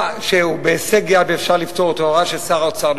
כיוון שההצעה הזו כבר עברה לא רק קריאה טרומית